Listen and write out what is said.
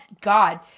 God